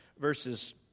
verses